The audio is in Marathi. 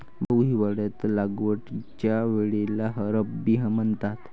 भाऊ, हिवाळ्यात लागवडीच्या वेळेला रब्बी म्हणतात